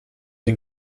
den